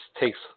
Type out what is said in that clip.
takes